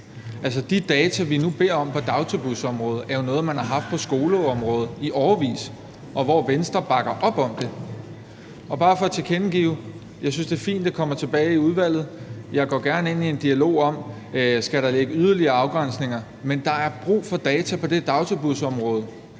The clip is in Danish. De data, vi nu beder om på dagtilbudsområdet, er jo noget, man har haft på skoleområdet i årevis, og som Venstre bakker op om. Det er bare for at tilkendegive, at jeg synes, det er fint, at det kommer tilbage i udvalget. Jeg går gerne ind i en dialog om, om der skal ligge yderligere afgrænsninger. Men der er brug for data på dagtilbudsområdet.